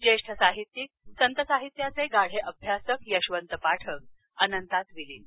ज्येष्ठ साहित्यिक संत साहित्याचे गाढे अभ्यासक यशवंत पाठक अनंतात विलीन